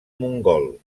mongol